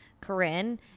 corinne